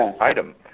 item